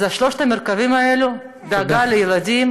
אז שלושת המרכיבים האלה: דאגה לילדים,